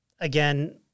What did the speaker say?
again